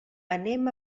anem